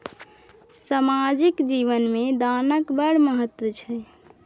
सामाजिक जीवन मे दानक बड़ महत्व छै